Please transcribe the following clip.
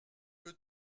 que